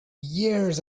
years